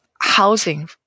housing